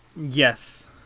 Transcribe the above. Yes